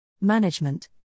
management